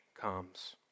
comes